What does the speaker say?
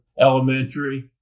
elementary